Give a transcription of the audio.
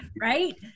right